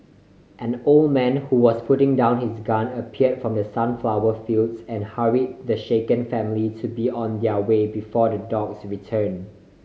an old man who was putting down his gun appear from the sunflower fields and hurry the shaken family to be on their way before the dogs return